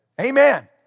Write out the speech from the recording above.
Amen